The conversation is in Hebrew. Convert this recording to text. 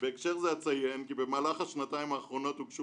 "בהקשר זה אציין כי במהלך השנתיים האחרונות הוגשו